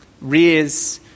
rears